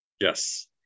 Yes